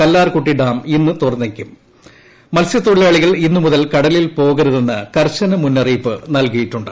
കല്ലാർക്കൂട്ടി ്യാം ഇന്ന് തുറക്കും മത്സ്യത്തൊഴിലാളികൾ ഇന്നു മുതൽ കട്ടലിൽ പോകരുതെന്ന് കർശന മുന്നറിയിപ്പ് നൽകിയിട്ടുണ്ട്